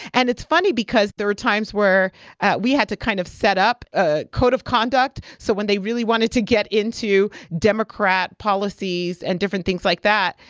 and it's funny because there are times where we had to kind of set up a code of conduct. so when they really wanted to get into democrat policies and different things like that,